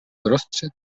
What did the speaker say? uprostřed